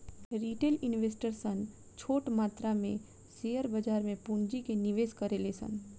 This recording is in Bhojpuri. रिटेल इन्वेस्टर सन छोट मात्रा में शेयर बाजार में पूंजी के निवेश करेले सन